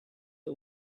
who